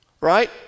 right